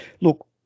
look